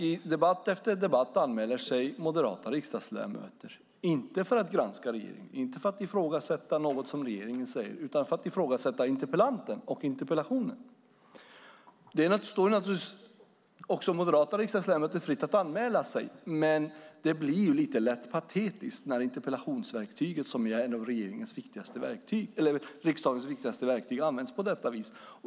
I debatt efter debatt anmäler sig moderata riksdagsledamöter, inte för att granska regeringen, inte för att ifrågasätta något som regeringen säger, utan för att ifrågasätta interpellanten och interpellationen. Det står naturligtvis moderata riksdagsledamöter fritt att anmäla sig. Men det blir lite lätt patetiskt när interpellationsverktyget, som är ett av riksdagens viktigaste verktyg, används på detta vis.